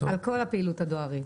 על כל הפעילות הדוארית.